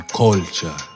culture